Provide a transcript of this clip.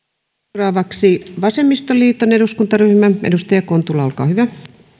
seuraavaksi vasemmistoliiton eduskuntaryhmä edustaja kontula olkaa hyvä